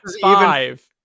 five